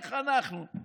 איך אנחנו.